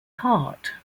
hart